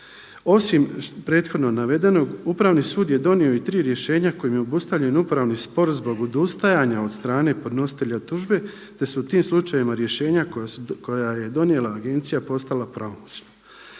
Osim prethodno navedenog upravni sud je donio i tri rješenja kojim je obustavljen upravni spor zbog odustajanja od strane podnositelja tužbe, te su u tim slučajevima rješenja koja je donijela agencija postala pravomoćna.